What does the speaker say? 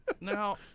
Now